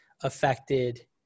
affected